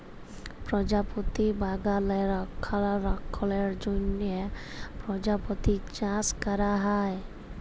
পরজাপতি বাগালে রক্ষলাবেক্ষলের জ্যনহ পরজাপতি চাষ ক্যরা হ্যয়